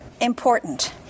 important